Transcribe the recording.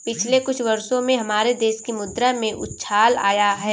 पिछले कुछ वर्षों में हमारे देश की मुद्रा में उछाल आया है